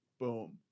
boom